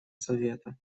совета